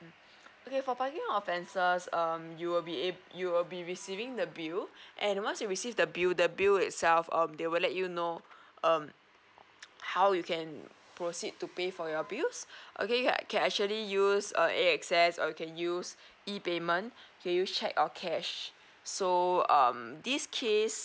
mm okay for parking offences um you'll be able you will be receiving the bill and once you receive the bill the bill itself um they will let you know um how you can proceed to pay for your bills okay you can actually use a access okay use e payment can use cheque or cash so um this case